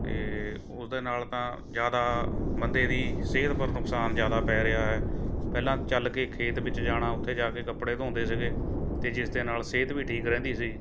ਅਤੇ ਉਸ ਦੇ ਨਾਲ਼ ਤਾਂ ਜ਼ਿਆਦਾ ਬੰਦੇ ਦੀ ਸਿਹਤ ਪਰ ਨੁਕਸਾਨ ਜ਼ਿਆਦਾ ਪੈ ਰਿਹਾ ਹੈ ਪਹਿਲਾਂ ਚੱਲ ਕੇ ਖੇਤ ਵਿੱਚ ਜਾਣਾ ਉੱਥੇ ਜਾ ਕੇ ਕੱਪੜੇ ਧੋਂਦੇ ਸੀਗੇ ਅਤੇ ਜਿਸ ਦੇ ਨਾਲ਼ ਸਿਹਤ ਵੀ ਠੀਕ ਰਹਿੰਦੀ ਸੀ